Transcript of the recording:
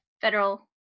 federal